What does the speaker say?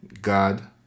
God